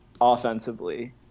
offensively